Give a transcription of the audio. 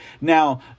Now